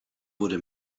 wurde